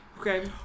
Okay